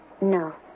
No